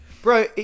Bro